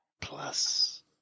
plus